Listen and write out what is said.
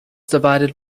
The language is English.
divided